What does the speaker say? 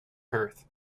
perth